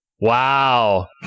Wow